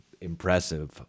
impressive